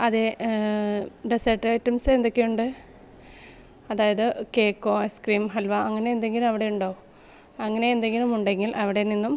അതേ dessert items എന്തൊക്കെയുണ്ട് അതായത് കേക്കോ ഐസ് ക്രീം ഹൽവ അങ്ങനെ എന്തെങ്കിലും അവിടെയുണ്ടോ അങ്ങനെ എന്തെങ്കിലും ഉണ്ടെങ്കിൽ അവിടെ നിന്നും